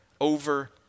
over